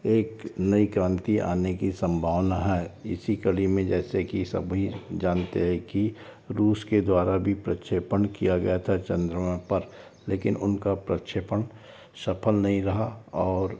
एक नई क्रांति आने की संभावना है इसी कड़ी में जैसे कि सभी जानते हैं की रूस के द्वारा भी प्रक्षेपण किया गया था चंद्रमा पर लेकिन उनका प्रक्षेपण सफल नहीं रहा और